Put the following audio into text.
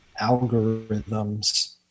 algorithms